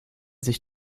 sich